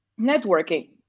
networking